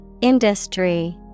Industry